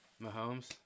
Mahomes